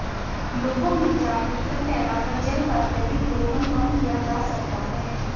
लोगों में जागरूकता फैलाकर जल का अत्यधिक दोहन कम किया जा सकता है